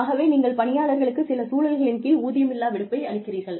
ஆகவே நீங்கள் பணியாளர்களுக்கு சில சூழல்களின் கீழ் ஊதியமில்லா விடுப்பை அளிக்கிறீர்கள்